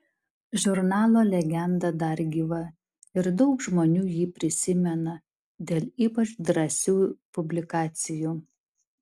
žurnalo legenda dar gyva ir daug žmonių jį prisimena dėl ypač drąsių publikacijų